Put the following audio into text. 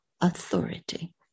authority